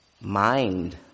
mind